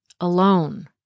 alone